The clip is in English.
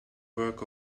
work